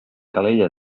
calella